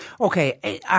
Okay